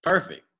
Perfect